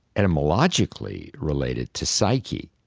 etymologically related to psyche.